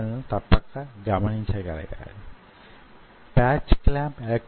అందువలన నేను సిలికాన్ ని ఉదాహరణగా చెబుతున్నాను